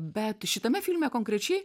bet šitame filme konkrečiai